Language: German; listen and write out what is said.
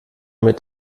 mit